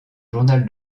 journal